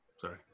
sorry